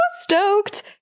stoked